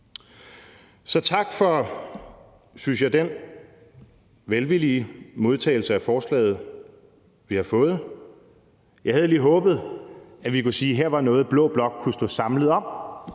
Så tak for, synes jeg, den velvillige modtagelse af forslaget, vi har fået. Jeg havde lige håbet, at vi kunne sige, at her var noget, blå blok kunne stå samlet om,